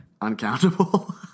Uncountable